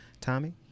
Tommy